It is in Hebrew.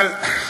אבל,